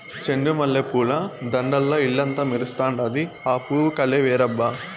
చెండు మల్లె పూల దండల్ల ఇల్లంతా మెరుస్తండాది, ఆ పూవు కలే వేరబ్బా